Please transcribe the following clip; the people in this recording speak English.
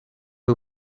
who